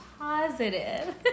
positive